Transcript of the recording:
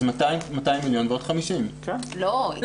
אז 200 מיליון ועוד 50. לא.